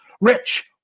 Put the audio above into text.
Rich